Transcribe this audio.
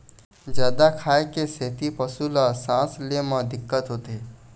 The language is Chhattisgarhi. जादा खाए के सेती पशु ल सांस ले म दिक्कत होथे